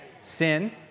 Sin